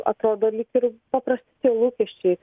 atrodo lyg ir paprasti lūkesčiai